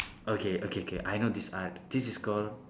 okay okay K I know this art this is called